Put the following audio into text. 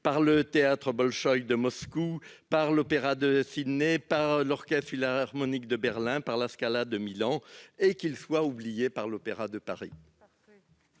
par le théâtre Bolchoï de Moscou, l'Opéra de Sydney, l'Orchestre philharmonique de Berlin et la Scala de Milan mais soient oubliés par l'Opéra de Paris